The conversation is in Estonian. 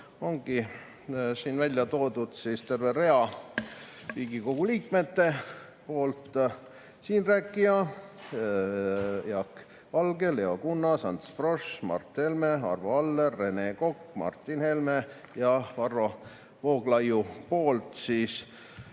ongi siin välja toodud terve rea Riigikogu liikmete – siinrääkija, Jaak Valge, Leo Kunnas, Ants Frosch, Mart Helme, Arvo Aller, Rene Kokk, Martin Helme ja Varro Vooglaid